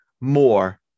more